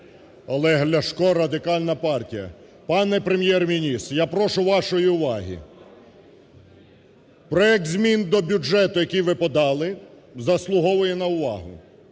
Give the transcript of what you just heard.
Олег Ляшко, Радикальна партія. Пане Прем'єр-міністр, я прошу вашої уваги. Проект змін до бюджету, який ви подали, заслуговує на увагу,